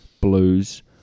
Blues